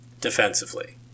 defensively